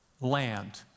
land